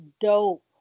dope